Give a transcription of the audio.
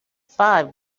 five